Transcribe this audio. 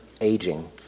aging